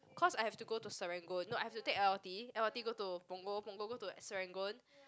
cause I have to go to Serangoon no I have to take L_R_T L_R_T go to Punggol Punggol go to Serangoon